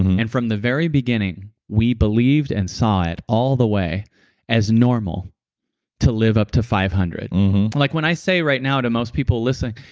and from the very beginning we believed and saw it all the way as normal to live up to five hundred point like when i say right now to most people, listen,